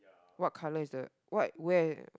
what colour is the what where